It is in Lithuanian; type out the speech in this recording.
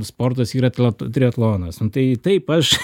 sportas yra tliatl triatlonas nu tai taip aš